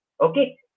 okay